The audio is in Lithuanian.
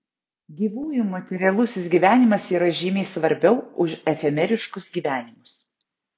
gyvųjų materialusis gyvenimas yra žymiai svarbiau už efemeriškus gyvenimus